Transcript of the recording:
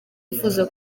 wifuza